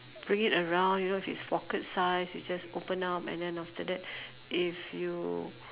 bring it around you know if it it's pocket size you just open up and then after that if you